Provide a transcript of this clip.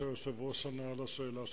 שהיושב-ראש ענה על השאלה שלך.